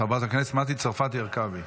חברת הכנסת מטי צרפתי הרכבי.